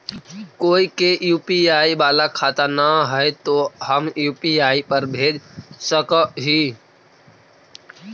कोय के यु.पी.आई बाला खाता न है तो हम यु.पी.आई पर भेज सक ही?